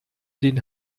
den